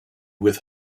with